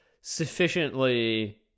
sufficiently